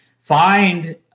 find